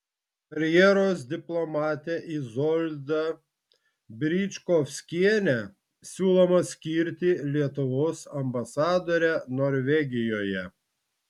karjeros diplomatę izoldą bričkovskienę siūloma skirti lietuvos ambasadore norvegijoje